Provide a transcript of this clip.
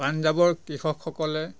পঞ্জাবৰ কৃষকসকলে